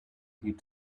heed